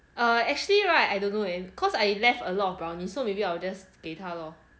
uh actually right I don't know leh cause I left a lot of brownies so maybe I will just 给他 lor